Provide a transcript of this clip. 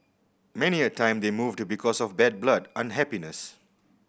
many a time they moved because of bad blood unhappiness